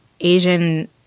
Asian